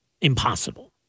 impossible